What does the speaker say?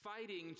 fighting